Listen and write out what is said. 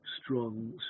strong